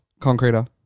Concreter